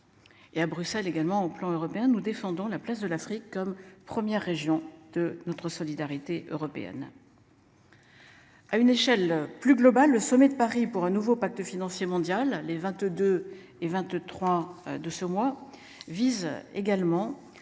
Et à Bruxelles également au plan européen, nous défendons la place de l'Afrique comme première région de notre solidarité européenne. À une échelle plus globale. Le sommet de Paris pour un nouveau pacte financier mondial. Les 22 et 23 de ce mois vise également